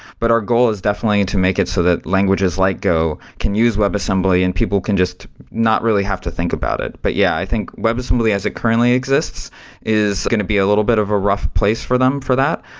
but our goal is definitely to make it so that languages like go can use webassembly and people can just not really have to think about it. but yeah, i think webassembly as it currently exists is going to be a little bit of a rough place for them for that,